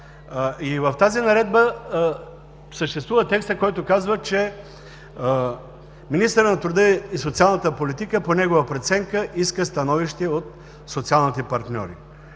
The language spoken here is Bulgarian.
В тази наредба съществува текст, който казва, че: министърът на труда и социалната политика по негова преценка иска становище от социалните партньори.